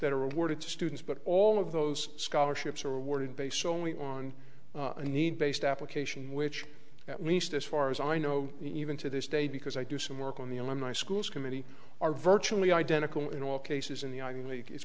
that are awarded to students but all of those scholarships are awarded based solely on a need based application which at least as far as i know even to this day because i do some work on the alumni schools committee are virtually identical in all cases in the